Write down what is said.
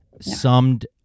summed